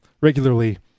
regularly